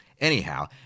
Anyhow